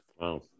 Wow